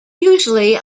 usually